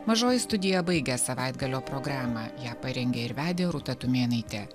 mažoji studija baigia savaitgalio programą ją parengė ir vedė rūta tumėnaitė